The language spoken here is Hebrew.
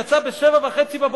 יצאה ב-07:30.